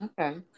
Okay